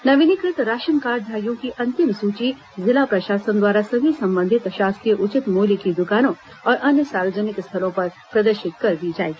नवीनीकृत राशन कार्डधारियों की अंतिम सूची जिला प्रशासन द्वारा सभी संबंधित शासकीय उचित मूल्य की दुकानों और अन्य सार्वजनिक स्थलों पर प्रदर्शित कर दी जाएगी